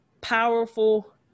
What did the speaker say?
powerful